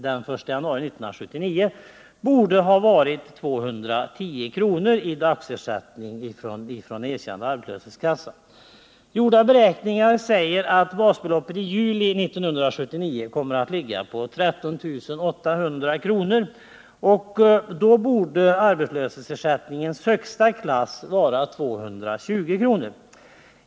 den 1 januari 1979 borde ha varit 210 kr. Beräkningar visar att basbeloppet i juli 1979 kommer att vara 13 800 kr., och då borde den högsta arbetslöshetsersättningen uppgå till 220 kr.